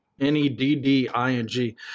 N-E-D-D-I-N-G